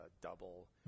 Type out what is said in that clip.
double